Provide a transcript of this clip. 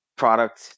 product